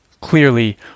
Clearly